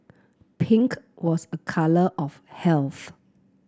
pink was a colour of health